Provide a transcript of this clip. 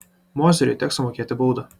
mozeriui teks sumokėti baudą